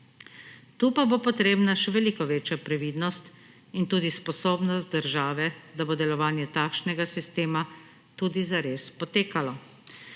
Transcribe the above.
Tu pa bo potrebna še veliko večja previdnost in tudi sposobnost države, da bo delovanje takšnega sistema tudi zares potekalo.